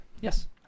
Yes